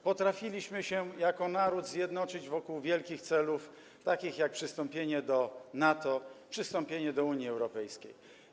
Potrafiliśmy się jako naród zjednoczyć wokół wielkich celów, takich jak przystąpienie do NATO, przystąpienie do Unii Europejskiej.